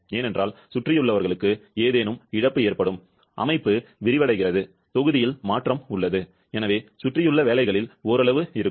ஏனென்றால் சுற்றியுள்ளவர்களுக்கு ஏதேனும் இழப்பு ஏற்படும் அமைப்பு விரிவடைகிறது தொகுதியில் மாற்றம் உள்ளது எனவே சுற்றியுள்ள வேலைகளில் ஓரளவு இருக்கும்